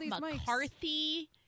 McCarthy